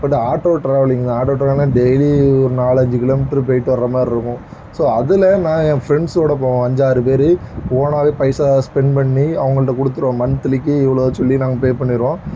பட்டு auto travelling auto ட்ராவலிங்னால் டெய்லியும் ஒரு நாலஞ்சு கிலோ மீட்டர் போய்ட்டு வரமாதிரி இருக்கும் ஸோ அதில் நான் என் ஃபிரண்ஸோட போவேன் அஞ்ஜாரு பேர் ஓனாகவே பைஸா ஸ்பெண் பண்ணி அவங்கள்ட்ட கொடுத்துருவேம் மன்ந்த்லிக்கு இவ்வளோ சொல்லி நாங்கள் பே பண்ணிடுவோம்